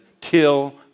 till